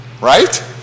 Right